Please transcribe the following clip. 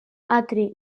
atri